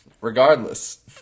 regardless